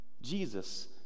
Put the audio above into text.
Jesus